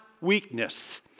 weakness